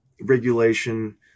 regulation